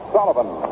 Sullivan